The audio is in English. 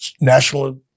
national